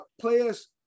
players